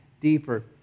deeper